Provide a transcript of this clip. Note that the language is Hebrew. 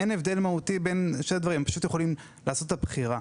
אין הבדל מהותי בין שני הדברים; הם פשוט יכולים לעשות את הבחירה.